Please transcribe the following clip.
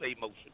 motion